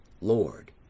Lord